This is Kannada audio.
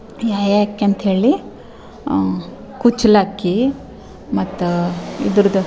ಯಾ ಯಾಕೆಂತ ಹೇಳಿ ಕುಚಲಕ್ಕಿ ಮತ್ತು ಇದ್ರದ್ದು